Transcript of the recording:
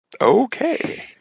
Okay